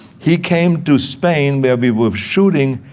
he came to spain where we were shooting.